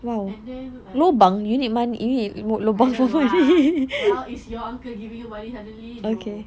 and then like I don't know lah well it's your uncle giving you suddenly no